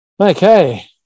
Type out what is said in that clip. Okay